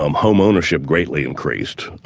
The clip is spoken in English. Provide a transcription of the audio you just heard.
um home ownership greatly increased,